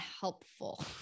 helpful